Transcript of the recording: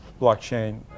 blockchain